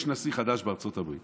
יש נשיא חדש בארצות הברית